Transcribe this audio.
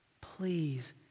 Please